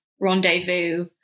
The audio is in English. rendezvous